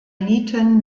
nieten